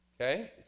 Okay